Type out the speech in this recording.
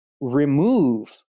remove